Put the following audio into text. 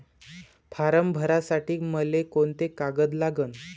Form भरासाठी मले कोंते कागद लागन?